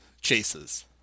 chases